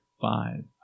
five